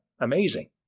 Amazing